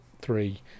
three